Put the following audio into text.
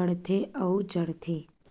बड़थे अउ चढ़थे